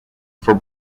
for